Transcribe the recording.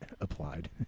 applied